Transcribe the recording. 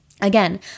Again